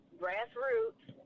grassroots